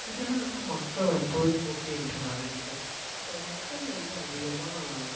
இதெல்லாம் தான் மக்களோட பொழுதுபோக்கு என்று நான் நினைக்கிறேன் இப்போ மக்கள் வந்து அதிகமாக